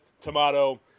tomato